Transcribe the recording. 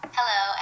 Hello